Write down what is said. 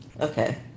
Okay